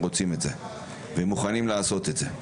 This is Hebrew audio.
רוצים לעשות את זה ומוכנים לעשות את זה.